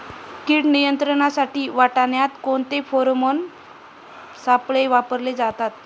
कीड नियंत्रणासाठी वाटाण्यात कोणते फेरोमोन सापळे वापरले जातात?